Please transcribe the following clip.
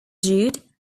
jude